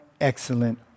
excellent